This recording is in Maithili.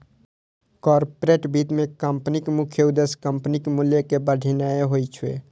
कॉरपोरेट वित्त मे कंपनीक मुख्य उद्देश्य कंपनीक मूल्य कें बढ़ेनाय होइ छै